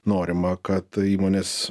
norima kad įmonės